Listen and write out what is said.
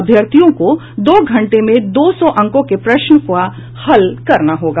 अभ्यर्थियों को दो घंटे में दो सौ अंकों के प्रश्न को हल करना होगा